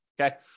Okay